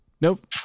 nope